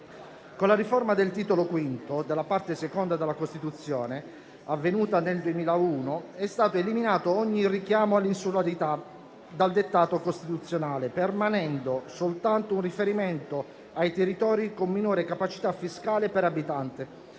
Con la riforma del Titolo V della parte II della Costituzione, avvenuta nel 2001, è stato eliminato ogni richiamo all'insularità dal dettato costituzionale, permanendo soltanto un riferimento ai territori con minore capacità fiscale per abitante